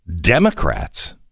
Democrats